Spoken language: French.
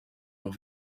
leur